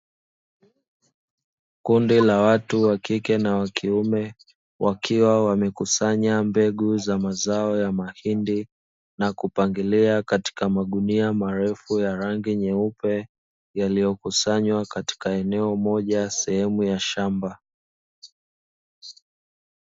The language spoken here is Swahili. Kundi la watu wa kike na wa kiume, wakiwa wamekusanya mbegu za mazao ya mahindi, na kupangilia katika magunia marefu ya rangi nyeupe, yaliyokusanywa katika eneo moja sehemu ya shamba.